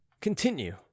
continue